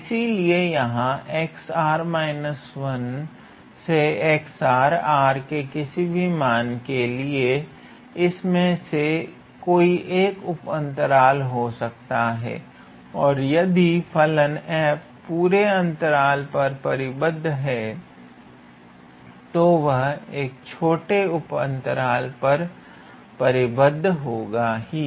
इसीलिए यहां 𝑟 के किसी मान के लिए इनमें से कोई एक उप अंतराल हो सकता है और यदि फलन 𝑓 पूरे अंतराल पर परिबद्ध है तो वह एक छोटे उप अंतराल पर परिबद्ध होगा ही